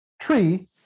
tree